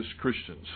Christians